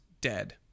dead